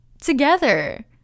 together